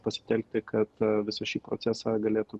pasitelkti kad visą šį procesą galėtų